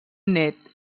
nét